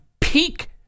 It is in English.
peak